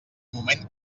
moment